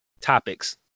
topics